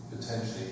potentially